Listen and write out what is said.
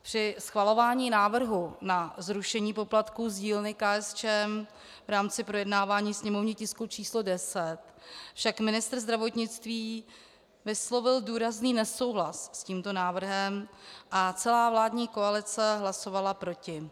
Při schvalování návrhu na zrušení poplatků z dílny KSČM v rámci projednávání sněmovního tisku číslo 10 však ministr zdravotnictví vyslovil důrazný nesouhlas s tímto návrhem a celá vládní koalice hlasovala proti.